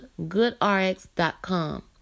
GoodRx.com